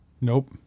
Nope